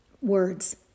Words